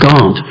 God